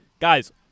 Guys